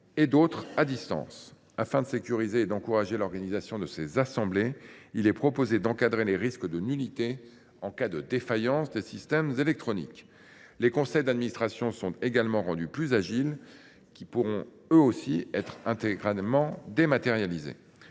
participant à distance. Afin de sécuriser et d’encourager l’organisation de ces assemblées, il est proposé d’encadrer les risques de nullité en cas de défaillance des systèmes électroniques. Les conseils d’administration seront également rendus plus agiles, car ils pourront eux aussi être intégralement dématérialisés.